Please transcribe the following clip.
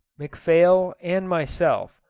mcphail, and myself,